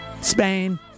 Spain